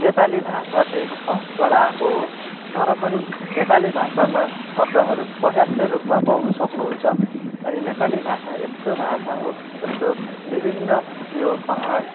नेपाली भाषा चाहिँ खसबाट आएको हो तर पनि नेपाली भाषामा शब्दहरू पर्याप्तै रूपमा पाउनु सक्नुहुन्छ अनि नेपाली भाषा यस्तो भाषा हो जस्तो विभिन्न यो पाहाड